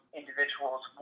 individuals